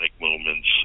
moments